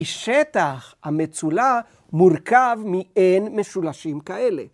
שטח המצולה מורכב ‫מעין משולשים כאלה.